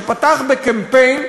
שפתח בקמפיין,